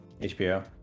HBO